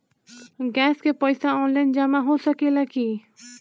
Gas के पइसा online जमा हो सकेला की?